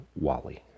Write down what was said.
wally